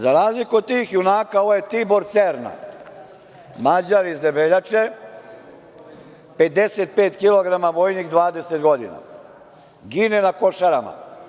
Za razliku od tih junaka, ovo je Tibor Cerna, Mađar iz Debeljače, 55 kilograma, vojnik 20 godina, gine na Košarama.